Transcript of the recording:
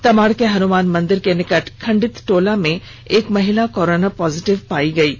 तमाड़ के हनुमान मंदिर के समीप खंडित टोला में एक महिला कोरोना पॉजिटिव मिली है